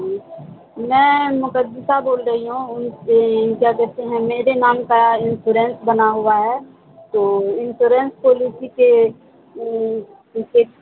میں مقدسہ بول رہی ہوں ان سے کیا کہتے ہیں میرے نام کا انشورنس بنا ہوا ہے تو انشورنس پالیسی کے ان